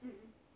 mm mm